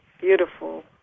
beautiful